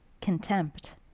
contempt